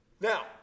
Now